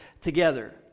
together